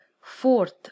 Fourth